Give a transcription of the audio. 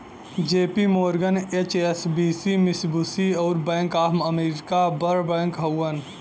JP Morgan, HSBC, Mitsubishi, अउर bank of America बड़ bank हउवन